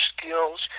skills